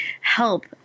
help